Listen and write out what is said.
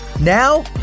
now